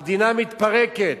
המדינה מתפרקת,